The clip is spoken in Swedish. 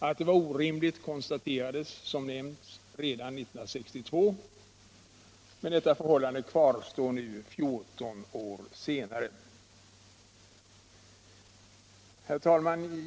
Att det var orimligt konstaterades, som nämnts, redan 1962, och ändå kvarstår detta förhållande oförändrat nu, 14 år senare. Herr talman!